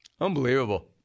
Unbelievable